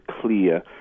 clear